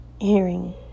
hearing